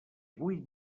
avui